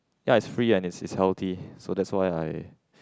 ya it is free and it is healthy so that's why I